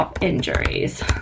injuries